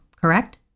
correct